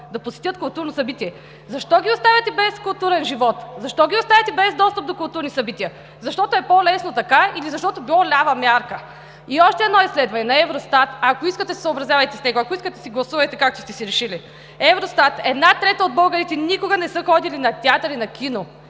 да посетят културно събитие. Защо ги оставяте без културен живот? Защо ги оставяте без достъп до културни събития? Защото е по-лесно така, или защото било лява мярка? И още едно изследване на „Евростат“. Ако искате, се съобразявайте с него, ако искате, си гласувайте както сте си решили. „Евростат: една трета от българите никога не са ходили на театър и на кино“.